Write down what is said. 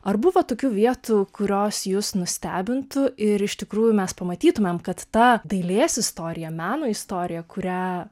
ar buvo tokių vietų kurios jus nustebintų ir iš tikrųjų mes pamatytumėm kad ta dailės istorija meno istorija kurią